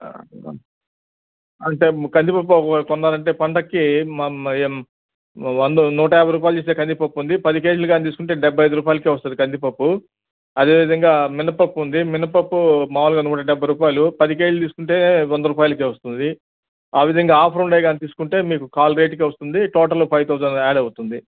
అంటే కందిపప్పు పొందాలంటే పండగకి వంద నూట యాభై రూపాయలు చేసే కందిపప్పు ఉంది పది కేజీలు కానీ తీసుకుంటే డెబ్బై ఐదు రూపాయలకు వస్తుంది కందిపప్పు అదేవిధంగా మినప్పప్పు ఉంది మినప్పప్పు మామూలుగా నూట డెబ్భై రూపాయలు పది కేజీలు తీసుకుంటే వంద రూపాయలకు వస్తుంది ఆ విధంగా ఆఫర్ ఉండాయి కానీ తీసుకుంటే మీకు కాల్ రేటుకి వస్తుంది టోటల్ ఫైవ్ థౌసండ్ యాడ్ అవుతుంది